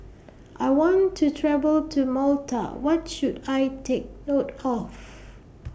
I want to travel to Malta What should I Take note of